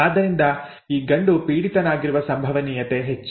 ಆದ್ದರಿಂದ ಈ ಗಂಡು ಪೀಡಿತನಾಗಿರುವ ಸಂಭವನೀಯತೆ ಎಷ್ಟು